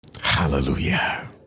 Hallelujah